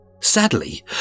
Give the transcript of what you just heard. Sadly